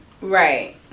right